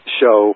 show